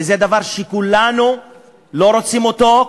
וזה דבר שכולנו לא רוצים אותו,